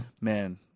man